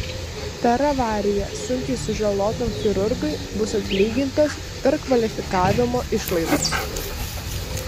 per avariją sunkiai sužalotam chirurgui bus atlygintos perkvalifikavimo išlaidos